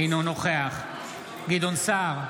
אינו נוכח גדעון סער,